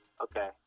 okay